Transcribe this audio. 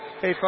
Hey